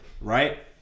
right